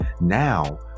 Now